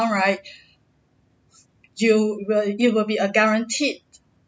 right you will it will be a guaranteed